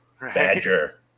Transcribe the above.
Badger